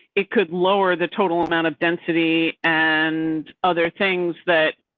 it could lower the total amount of density and other things that.